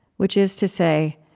which is to say,